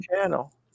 channel